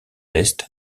l’est